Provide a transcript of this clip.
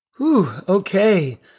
Okay